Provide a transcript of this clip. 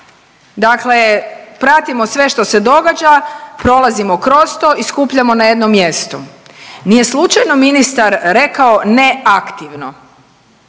Dakle pratimo sve što se događa, prolazimo kroz to i skupljamo na jednom mjestu. Nije slučajno ministar rekao neaktivno.